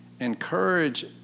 Encourage